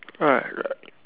alright right